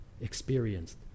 Experienced